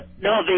No